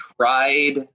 tried